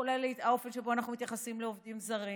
כולל האופן שבו אנחנו מתייחסים לעובדים זרים